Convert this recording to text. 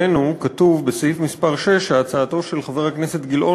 בסעיף מס' 6 שהצעתו של חבר הכנסת גילאון